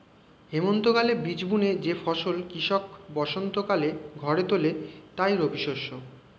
হেমন্তকালে বীজ বুনে যে ফসল কৃষক বসন্তকালে ঘরে তোলে তাই রবিশস্য